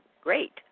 great